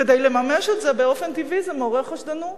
כדי לממש את זה, באופן טבעי זה מעורר חשדנות.